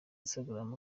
instagram